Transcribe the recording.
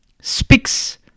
speaks